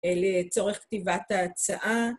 לצורך כתיבת ההצעה.